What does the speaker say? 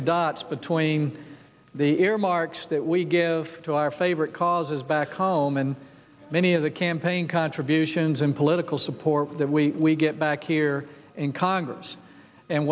the dots between the earmarks that we give to our favorite causes back home and many of the campaign contributions and political support that we get back here in congress and